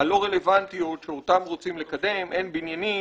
הלא רלוונטיות שאותן רוצים לקדם: הן בניינים,